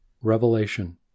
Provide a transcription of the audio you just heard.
Revelation